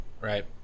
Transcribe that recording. right